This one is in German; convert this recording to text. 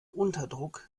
unterdruck